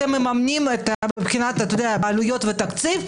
אתם מממנים עלויות ותקציב?